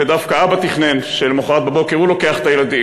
ודווקא אבא תכנן שלמחרת בבוקר הוא לוקח את הילדים,